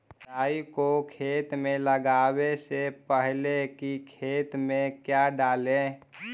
राई को खेत मे लगाबे से पहले कि खेत मे क्या डाले?